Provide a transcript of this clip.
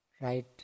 Right